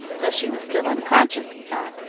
so she was still unconscious, he thought.